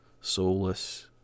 soulless